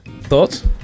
Thoughts